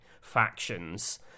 factions